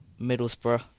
Middlesbrough